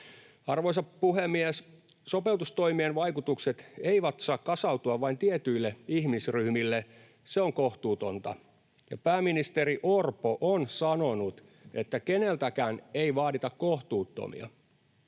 Arvoisa puhemies! Sopeutustoimien vaikutukset eivät saa kasautua vain tietyille ihmisryhmille. Se on kohtuutonta, ja pääministeri Orpo on sanonut, että keneltäkään ei vaadita kohtuuttomia.